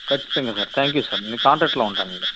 ఖచ్చితంగా sir thank you sir నేను contact లో ఉంటాను అండి